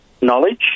knowledge